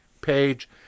page